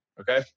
Okay